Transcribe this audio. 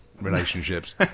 relationships